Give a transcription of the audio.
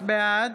בעד